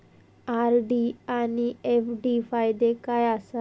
RD आनि FD फायदे काय आसात?